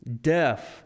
deaf